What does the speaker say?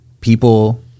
people